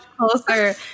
closer